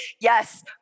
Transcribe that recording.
Yes